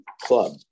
club